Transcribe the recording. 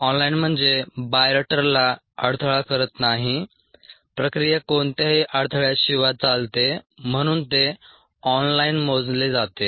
on line म्हणजे बायोरिएक्टरला अडथळा करत नाही प्रक्रिया कोणत्याही अडथळ्याशिवाय चालते म्हणून ते ऑनलाइन मोजले जाते